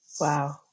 Wow